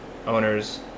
owners